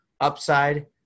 upside